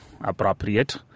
appropriate